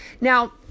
Now